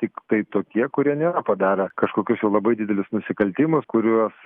tiktai tokie kurie nėra padarę kažkokius jau labai didelius nusikaltimus kuriuos